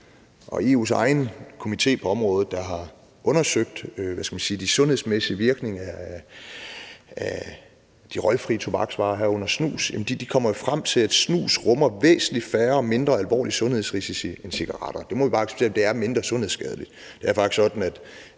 EU's egen komité på området, der har undersøgt de sundhedsmæssige virkninger af de røgfri tobaksvarer, herunder snus, kommer jo frem til, at snus rummer væsentlig færre og mindre alvorlige sundhedsrisici end cigaretter. Vi må bare acceptere, at det er mindre sundhedsskadeligt.